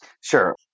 Sure